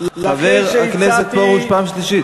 חבר הכנסת פרוש, פעם שלישית.